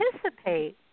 participate